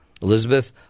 Elizabeth